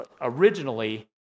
Originally